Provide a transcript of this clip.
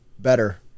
Better